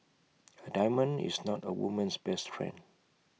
A diamond is not A woman's best friend